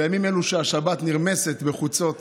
בימים אלו שהשבת נרמסת בחוצות